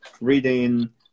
reading